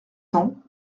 cents